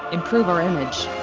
improve our image.